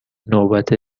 نوبت